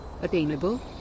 Attainable